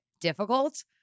difficult